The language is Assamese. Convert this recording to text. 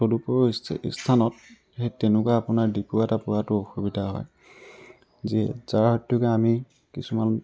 তদুপৰি ইস্থা স্থানত সেই তেনেকুৱা আপোনাৰ ডিপু এটা পোৱাটো অসুবিধা হয় যিয়ে যাৰ হয়তোকে আমি কিছুমান